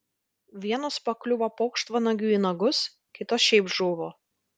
vienos pakliuvo paukštvanagiui į nagus kitos šiaip žuvo